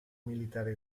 militare